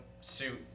suit